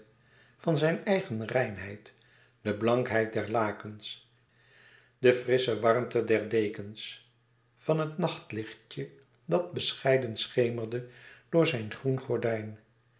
van zijn eigen reinheid de blankheid der lakens de frissche warmte der dekens van het nachtlichtje dat bescheiden schemerde door zijn groen gordijn